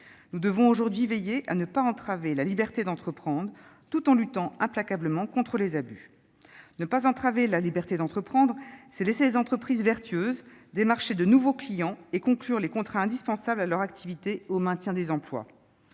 Nous devons veiller à ne pas entraver la liberté d'entreprendre, tout en luttant implacablement contre les abus. Ne pas entraver la liberté d'entreprendre, c'est laisser les entreprises vertueuses démarcher de nouveaux clients et conclure les contrats indispensables à leur activité et au maintien des emplois.